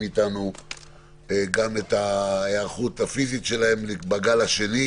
איתנו לגבי ההיערכות הפיזית שלהם לגל השני,